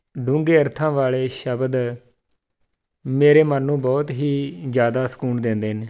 ਡੂੰਘੇ ਅਰਥਾਂ ਵਾਲੇ ਸ਼ਬਦ ਮੇਰੇ ਮਨ ਨੂੰ ਬਹੁਤ ਹੀ ਜ਼ਿਆਦਾ ਸਕੂਨ ਦਿੰਦੇ ਨੇ